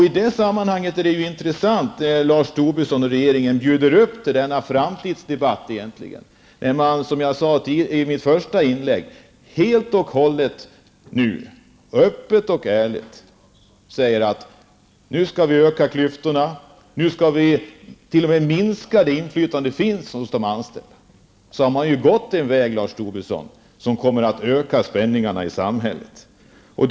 I det sammanhanget är det intressant att Lars Tobisson och regeringen bjuder upp till denna framtidsdebatt där man, som jag sade i mitt första inlägg, helt öppet och ärligt säger att nu skall vi öka klyftorna, nu skall vi t.o.m. minska det inflytande som finns för de anställda. Då går man ju, Lars Tobisson, en väg som kommer att öka spänningarna i samhället.